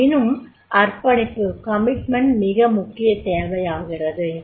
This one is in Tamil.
ஆயினும் அர்ப்பணிப்பு மிக முக்கியத் தேவையாகிறது